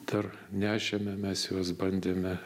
dar nešėme mes juos bandėme